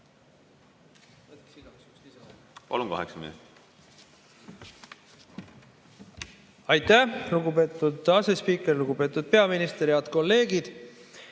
Aitäh, lugupeetud asespiiker! Lugupeetud peaminister! Head kolleegid!